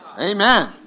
amen